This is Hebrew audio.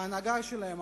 ההנהגה שלהם,